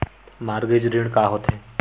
Mortgage ऋण का होथे?